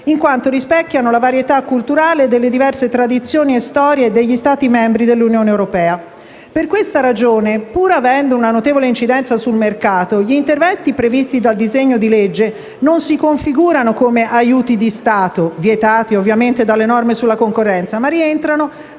in quanto rispecchiano la varietà culturale delle diverse tradizioni e storie degli Stati membri dell'Unione europea. Per questa ragione, pur avendo una notevole incidenza sul mercato, gli interventi previsti dal disegno di legge non si configurano come aiuti di Stato vietati dalle norme sulla concorrenza, ma rientrano